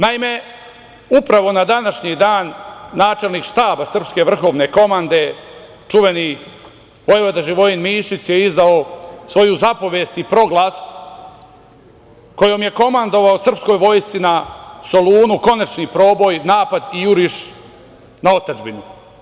Naime, upravo na današnji dan, načelnik Štaba srpske vrhovne komande, čuveni vojvoda Živojin Mišić je izdao svoju zapovest i proglas kojom je komandovao srpskoj vojsci na Solunu, konačni proboj, napad i juriš na otadžbinu.